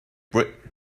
britain